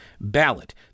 ballot